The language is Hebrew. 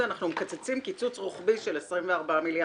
אז הם מקצצים קיצוץ רוחבי של 24 מיליארד?